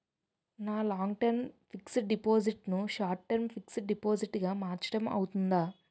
నా long term fixed deposit ను short term deposit గా మార్చటం అవ్తుందా?